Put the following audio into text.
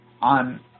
on